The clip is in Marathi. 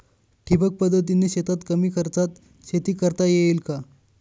ठिबक पद्धतीने शेतात कमी खर्चात शेती करता येईल का?